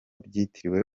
byitiriwe